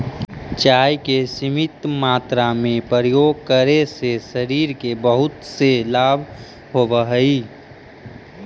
चाय के सीमित मात्रा में प्रयोग करे से शरीर के बहुत से लाभ होवऽ हइ